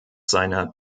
seiner